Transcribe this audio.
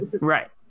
Right